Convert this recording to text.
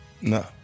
No